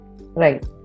Right